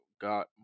got